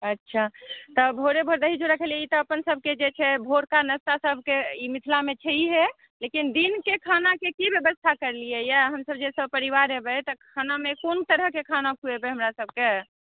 अच्छा तऽ भोरे भोर दही चुड़ा खेलियै ई तऽ अपन सभके जे छै भोरका नाश्ता ई मिथिलामे छैहे लेकिन दिनके खानाके की व्यवस्था करलियै हँ हमसभ जे सभ सपरिवार अयबै तऽ खानामे कोन तरहके खाना खुएबै हमरा सभकेँ